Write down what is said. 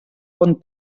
bon